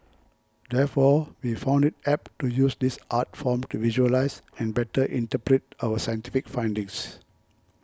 therefore we found it apt to use this art form to visualise and better interpret our scientific findings